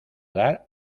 dar